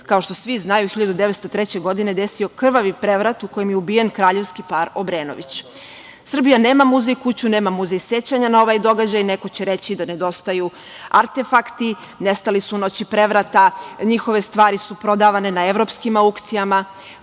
kao što svi znaju 1903. godine se desio krvavi prevrat u kojem je ubijen kraljevski par Obrenović. Srbija nema muzej kuću, nema muzej sećanja na ovaj događaj. Neko će reći da nedostaju artefakti, nestali su u noći prevrata, njihove stvari su prodavane na evropskim aukcijama.